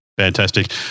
Fantastic